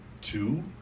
two